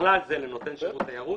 ובכלל זה לנותן שירותי תיירות,